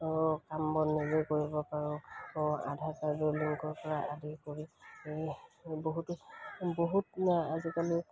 কাম বন নিজে কৰিব পাৰোঁ আকৌ আধাৰ কাৰ্ডৰ লিংকৰপৰা আদি কৰি বহুত বহুত আজিকালি